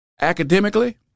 academically